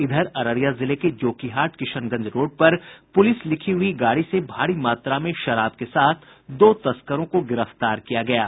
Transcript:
इधर अररिया जिले के जोकीहाट किशनगंज रोड पर पूलिस लिखी हुई गाड़ी से भारी मात्रा में शराब के साथ दो तस्करों को गिरफ्तार किया गया है